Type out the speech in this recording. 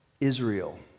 Israel